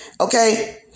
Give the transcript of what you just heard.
okay